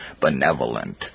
benevolent